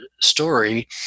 story